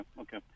Okay